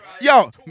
Yo